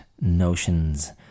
notions